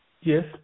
Yes